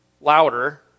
louder